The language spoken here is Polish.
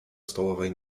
stołowej